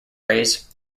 rays